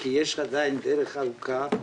כי יש עדיין דרך ארוכה.